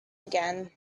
again